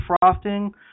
frosting